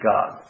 God